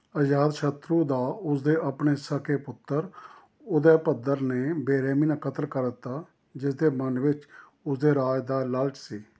ਅਜਾਤਸ਼ਤਰੂ ਦਾ ਉਸ ਦੇ ਆਪਣੇ ਸਕੇ ਪੁੱਤਰ ਉਦੈਭਦਰ ਨੇ ਬੇਰਹਿਮੀ ਨਾਲ ਕਤਲ ਕਰ ਦਿੱਤਾ ਜਿਸਦੇ ਮਨ ਵਿੱਚ ਉਸਦੇ ਰਾਜ ਦਾ ਲਾਲਚ ਸੀ